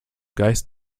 geist